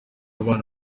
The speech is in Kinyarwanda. abana